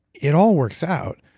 it all works out,